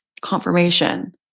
confirmation